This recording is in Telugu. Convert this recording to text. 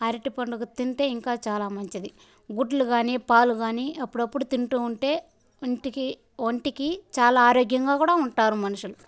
అరటిపండు తింటే ఇంకా చాలా మంచిది గుడ్లు కానీ పాలు కానీ అప్పుడప్పుడు తింటూ ఉంటే ఇంటికి ఒంటికి చాలా ఆరోగ్యంగా కూడా ఉంటారు మనుషులు